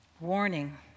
Warning